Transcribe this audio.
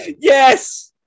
Yes